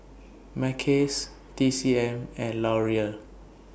Mackays T C M and Laurier